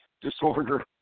disorder